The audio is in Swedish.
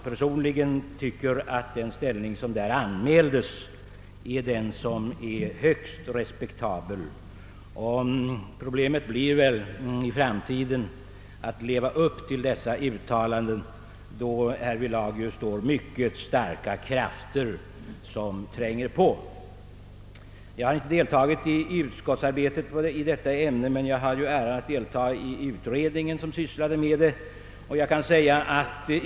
Personligen tycker jag att det ställningstagande som anmäldes är högst respektabelt. Problemet blir väl i framtiden att leva upp till dessa uttalanden, då härvidlag mycket starka krafter tränger på. Jag har inte deltagit i utskottsarbetet i detta ämne, men jag hade äran att deltaga i den utredning som sysslade därmed.